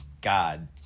God